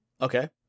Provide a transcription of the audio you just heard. okay